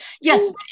Yes